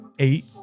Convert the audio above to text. Eight